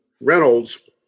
Reynolds